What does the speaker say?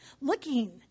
looking